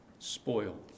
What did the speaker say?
Spoil